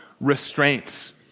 restraints